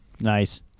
nice